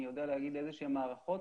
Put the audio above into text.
אני יודע להגיד איזשהן הערכות.